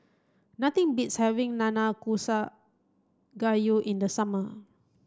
nothing beats having Nanakusa Gayu in the summer